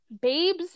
Babes